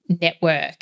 network